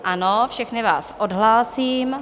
Ano, všechny vás odhlásím.